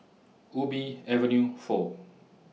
Ubi Avenue four